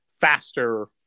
faster